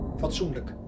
fatsoenlijk